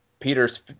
Peter's